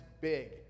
big